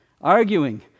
Arguing